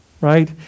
right